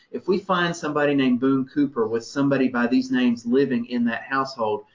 if we find somebody named boone cooper, with somebody by these names living in that household,